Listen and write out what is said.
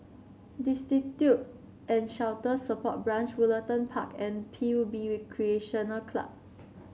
Destitute and Shelter Support Branch Woollerton Park and P U B Recreation Club